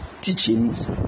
teachings